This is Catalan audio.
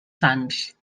sants